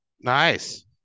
Nice